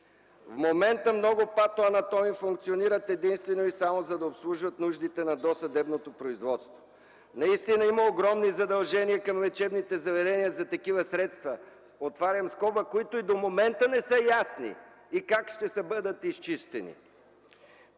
В момента много патоанатоми функционират единствено и само, за да обслужват нуждите на досъдебното производство. Наистина има огромни задължения към лечебните заведения за такива средства” – отварям скоба, които и до момента не са ясни и как ще бъдат изчистени,